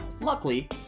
Luckily